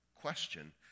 question